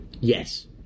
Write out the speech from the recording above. Yes